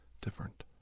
different